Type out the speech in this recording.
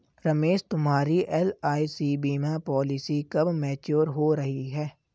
रमेश तुम्हारी एल.आई.सी बीमा पॉलिसी कब मैच्योर हो रही है?